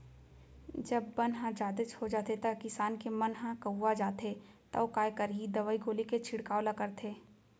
जब बन ह जादेच हो जाथे त किसान के मन ह कउवा जाथे तौ काय करही दवई गोली के छिड़काव ल करथे